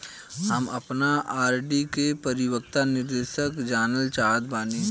हम आपन आर.डी के परिपक्वता निर्देश जानल चाहत बानी